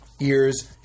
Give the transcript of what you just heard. Ears